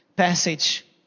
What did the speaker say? passage